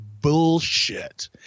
bullshit